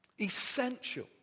Essential